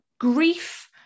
Grief